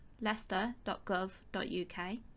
Leicester.gov.uk